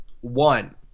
one